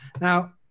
Now